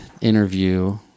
interview